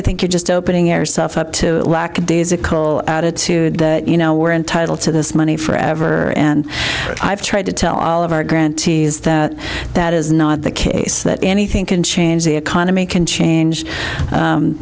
i think you're just opening yourself up to a lackadaisical attitude that you know we're entitled to this money forever and i've tried to tell all of our grantees that that is not the case that anything can change the economy can change